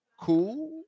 cool